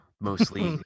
mostly